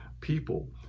people